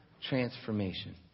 transformation